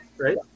Right